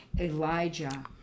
elijah